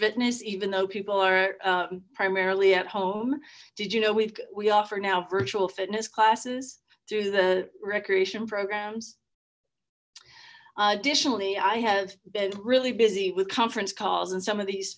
fitness even though people are primarily at home did you know we offer now virtual fitness classes through the recreation programs additionally i have been really busy with conference calls and some of these